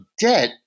debt